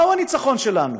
מהו הניצחון שלנו?